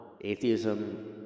atheism